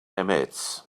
emits